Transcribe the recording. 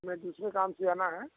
हमें दूसरे काम से जाना है